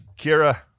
Kira